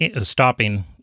stopping